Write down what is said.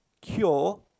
cure